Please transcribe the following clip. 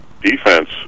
defense